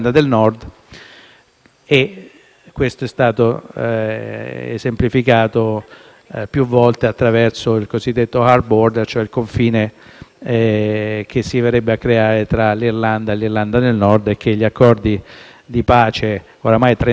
Questo è stato esemplificato più volte attraverso il cosiddetto *hard border*, cioè il confine che si verrebbe a creare tra l'Irlanda e l'Irlanda del Nord e che gli accordi di pace oramai trentennali avevano cancellato.